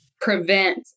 prevent